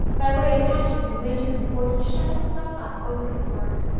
by way of catching midwinter before he shuts himself up over his work.